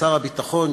שר הביטחון,